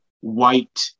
white